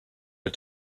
but